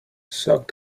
soak